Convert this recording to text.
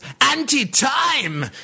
anti-time